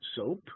soap